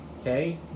Okay